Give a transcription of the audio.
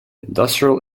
industrial